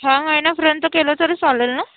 ह्या महिन्यापर्यंत केलं तरी चालेल ना